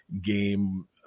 game